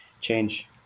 change